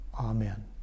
Amen